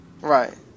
Right